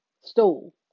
stool